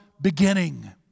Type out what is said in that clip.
beginning